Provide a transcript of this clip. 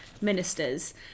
ministers